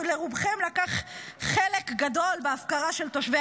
לרובכם יש חלק גדול בהפקרה של תושבי